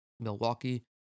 Milwaukee